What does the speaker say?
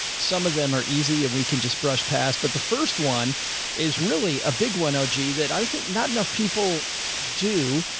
some of them are easy if we can just brush pass, but the first one is really a big one. oh, gee, that i just think not enough people do.